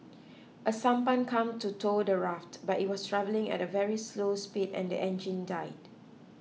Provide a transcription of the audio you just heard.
a sampan came to tow the raft but it was travelling at a very slow speed and the engine died